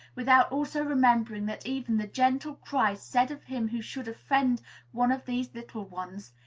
without also remembering that even the gentle christ said of him who should offend one of these little ones,